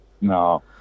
No